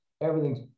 everything's